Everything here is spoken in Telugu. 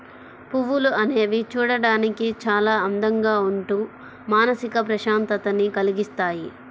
పువ్వులు అనేవి చూడడానికి చాలా అందంగా ఉంటూ మానసిక ప్రశాంతతని కల్గిస్తాయి